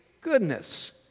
goodness